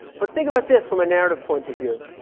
but think about this from a narrative point of view.